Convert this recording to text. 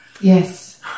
Yes